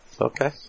okay